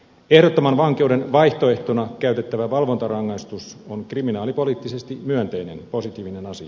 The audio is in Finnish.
ehdottoman vankeuden vaihtoehtona käytettävä valvontarangaistus on kriminaalipoliittisesti myönteinen positiivinen asia